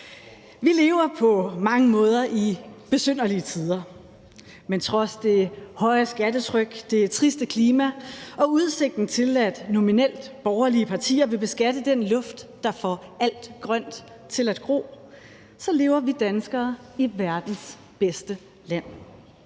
Vi lever på mange måder i besynderlige tider, men trods det høje skattetryk, det triste klima og udsigten til, at nominelt borgerlige partier vil beskatte den luft, der får alt grønt til at gro, så lever vi danskere i verdens bedste land.